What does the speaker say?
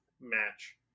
match